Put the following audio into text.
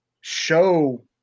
show